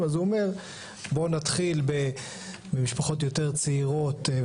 הוא אומר: בואו נתחיל במשפחות יותר צעירות,